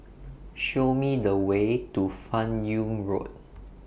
Show Me The Way to fan Yoong Road